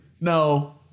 No